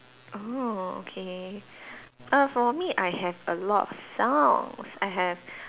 oh okay uh for me I have a lot songs I have